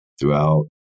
throughout